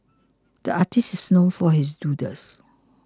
the artists is known for his doodles